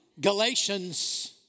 Galatians